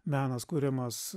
menas kuriamas